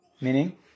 meaning